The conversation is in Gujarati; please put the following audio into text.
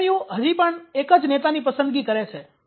જેએનયુ હજી પણ એક જ નેતાની પસંદગી કરે છે